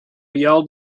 vial